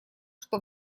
что